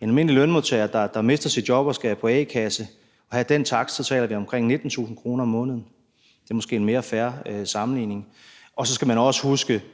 en almindelig lønmodtager, der mister sit job og skal på a-kasseunderstøttelse og have den takst, så taler vi om omkring 19.000 kr. om måneden. Det er måske en mere fair sammenligning. Så skal man også huske,